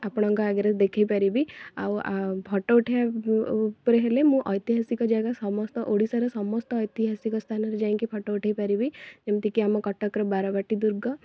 ଆପଣଙ୍କ ଆଗରେ ଦେଖାଇ ପାରିବି ଆଉ ଫଟୋ ଉଠାଇବା ଉପରେ ହେଲେ ମୁଁ ଐତିହାସିକ ଜାଗା ସମସ୍ତ ଓଡ଼ିଶାର ସମସ୍ତ ଐତିହାସିକ ସ୍ଥାନରେ ଯାଇକି ଫଟୋ ଉଠାଇପାରିବି ଯେମିତି କି ଆମ କଟକର ବାରବାଟୀ ଦୁର୍ଗ